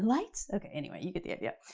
light, okay, anyway, you get the idea.